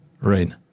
Right